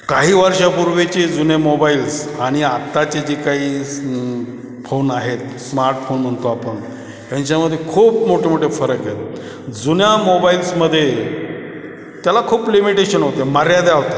काही वर्षापूर्वीचे जुने मोबाईल्स आणि आत्ताचे जे काही फोन आहेत स्मार्टफोन म्हणतो आपण ह्यांच्यामध्ये खूप मोठे मोठे फरक आहे जुन्या मोबाईल्समध्ये त्याला खूप लिमिटेशन होत्या मर्यादा होत्या